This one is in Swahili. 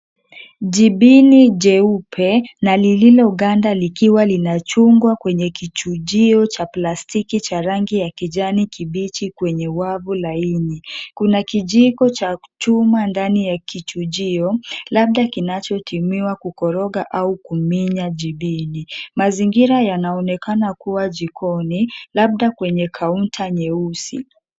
Jibini jeupe na lililoganda likiwa linachungwa kwenye kichujio cha plastiki cha rangi ya kijani kibichi kwenye wavu laini. Kuna kijiko cha chuma ndani ya kichujio, labda kinachotumiwa kukoroga au kuminya jibini. Mazingira yanaonekana kuwa jikoni, labda kwenye kaunta nyeusi.